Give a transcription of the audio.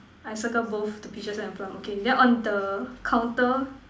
I circle both the peaches and the plum okay then on the counter